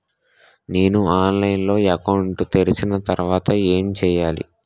నేను ఆన్లైన్ లో అకౌంట్ తెరిచిన తర్వాత ఏం చేయాలి?